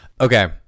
Okay